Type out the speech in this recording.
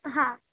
હા